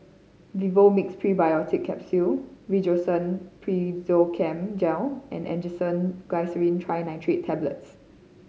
Vivomixx Probiotics Capsule Rosiden Piroxicam Gel and Angised Glyceryl Trinitrate Tablets